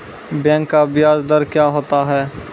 Bank का ब्याज दर क्या होता हैं?